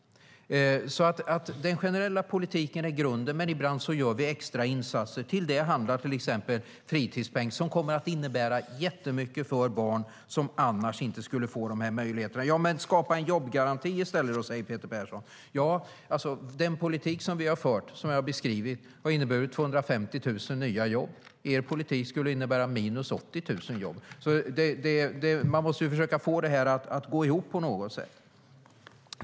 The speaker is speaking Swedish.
Den generella politiken är grunden, men ibland gör vi extra insatser. Till det hör till exempel fritidspeng, som kommer att innebära jättemycket för barn som annars inte skulle få samma möjligheter som andra. Men skapa en jobbgaranti i stället då, säger Peter Persson. Ja, den politik som vi har fört, som jag har beskrivit, har inneburit 250 000 nya jobb. Er politik skulle innebära minus 80 000 jobb. Man måste försöka få det att gå ihop på något sätt.